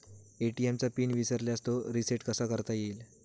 ATM चा PIN विसरल्यास तो रिसेट कसा करता येईल?